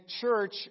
church